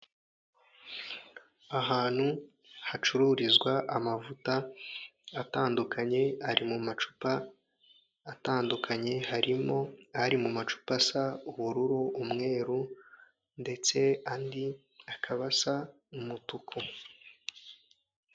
Ahantu hacururizwa amavuta atandukanye ari mu macupa atandukanye, harimo ari mu macupa asa ubururu, umweru ndetse andi akaba asa umutuku.